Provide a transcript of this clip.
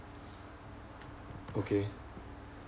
okay